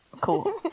Cool